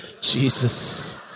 Jesus